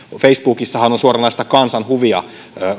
facebookissahan on on suoranaista kansanhuvia